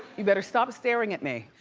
you better stop staring at me.